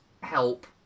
help